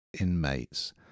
inmates